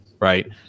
Right